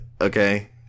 Okay